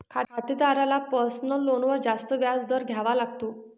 खातेदाराला पर्सनल लोनवर जास्त व्याज दर द्यावा लागतो